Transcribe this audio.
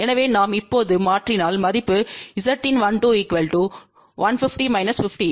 எனவே நாம் இப்போது மாற்றினால் மதிப்பு Zin12 150 50